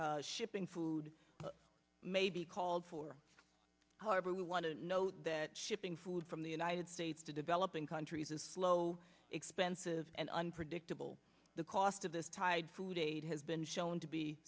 shipping food may be called for however we want to note that shipping food from the united states to developing countries is slow expensive and unpredictable the cost of this tied food aid has been shown to be